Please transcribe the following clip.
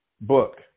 book